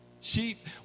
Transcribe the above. Sheep